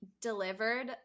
delivered